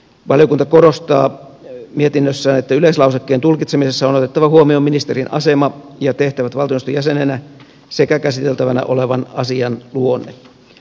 valiokunta korostaa mietinnössään että yleislausekkeen tulkitsemisessa on otettava huomioon ministerin asema ja tehtävät valtioneuvoston jäsenenä sekä käsiteltävänä olevan asian luonne